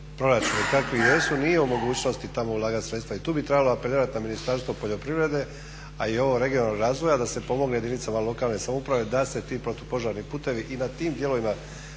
proračuni kakvi jesu nije u mogućnosti tamo ulagati sredstva i tu bi trebala apelirati na Ministarstvo poljoprivrede ali i regionalnog razvoja da se pomogne jedinice lokalne samouprave da se ti protupožarni putevi i na tim dijelovima